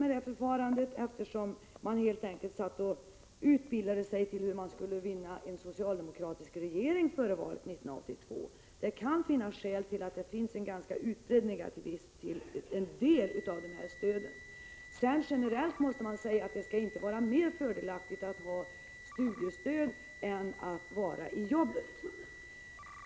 Man satt helt enkelt och utbildade sig i hur man skulle få en socialdemokratisk regering i valen 1982 och 1985! Det finns skäl för en ganska utbredd negativism till en del av stödformerna. Generellt måste man säga, att det inte skall vara mer fördelaktigt att ha studiestöd än att vara på jobbet!